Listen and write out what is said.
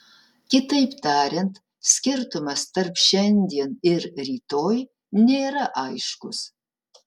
kitaip tariant skirtumas tarp šiandien ir rytoj nėra aiškus